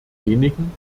wenigen